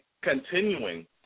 continuing